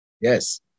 Yes